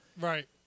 Right